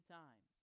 time